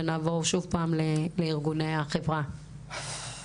ונעבור שוב לארגוני החברה.